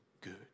good